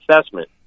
assessment